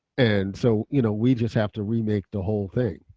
and so you know we just have to remake the whole thing.